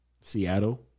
Seattle